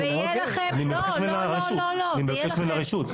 אני מבקש רשות.